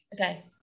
Okay